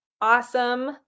awesome